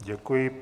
Děkuji.